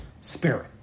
spirit